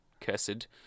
cursed